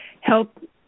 help